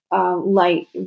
Light